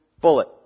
bullet